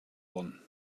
one